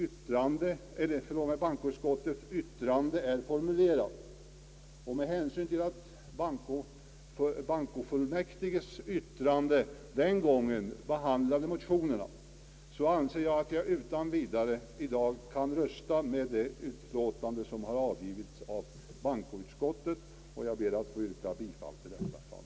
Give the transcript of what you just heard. Såsom bankoutskottets utlåtande är formulerat och med hänsyn till att bankofullmäktiges yttrande den gången behandlade motionerna anser jag att jag utan vidare i dag kan rösta med det utlåtande som har avgivits av bankoutskottet, och jag ber, herr talman, att få yrka bifall till detta.